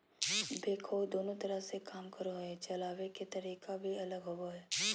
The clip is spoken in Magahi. बैकहो दोनों तरह से काम करो हइ, चलाबे के तरीका भी अलग होबो हइ